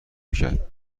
میکرد